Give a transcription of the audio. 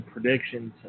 predictions